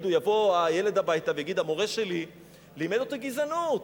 יבוא הילד הביתה ויגיד: המורה שלי לימד אותי גזענות?